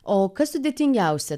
o kas sudėtingiausia